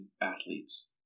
athletes